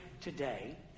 today